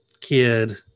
kid